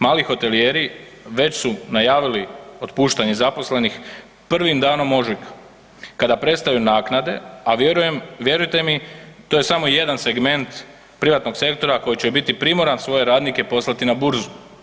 Mali hotelijeri već su najavili otpuštanje zaposlenih prvim danom ožujka kada prestaju naknade a vjerujte mi, to je samo jedan segment privatnom sektora koji će biti primoran svoje radnike poslati na burzu.